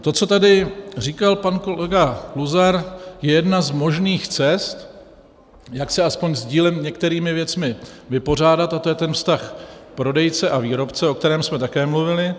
To, co tady říkal pan kolega Luzar, je jedna z možných cest, jak se aspoň dílem s některými věcmi vypořádat, a to je ten vztah prodejce a výrobce, o kterém jsme také mluvili.